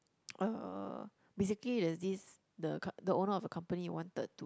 uh basically there's this the car the owner of the company wanted to